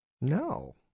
No